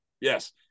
Yes